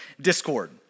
discord